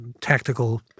tactical